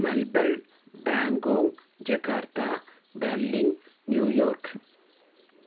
Melbourne Bangkok Jakarta Berlin New York